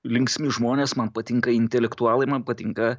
linksmi žmonės man patinka intelektualai man patinka